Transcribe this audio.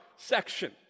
section